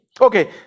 Okay